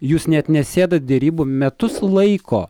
jūs net nesėdat derybų metus laiko